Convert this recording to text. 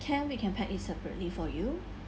can we can pack it separately for you